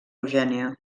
eugènia